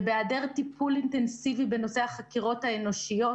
ובהיעדר טיפול אינטנסיבי בנושא החקירות האנושיות,